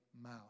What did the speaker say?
mouth